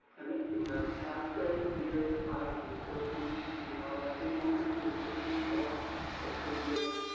and in the past ah years i have been serving in our homeowner association board for two years.